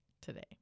today